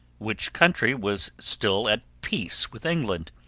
which country was still at peace with england,